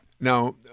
Now